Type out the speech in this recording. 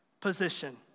position